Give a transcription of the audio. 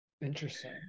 interesting